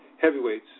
heavyweights